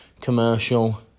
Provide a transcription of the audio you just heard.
commercial